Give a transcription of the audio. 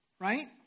right